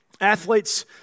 Athletes